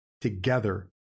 together